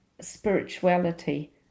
spirituality